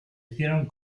hicieron